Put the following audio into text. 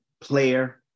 player